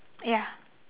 ya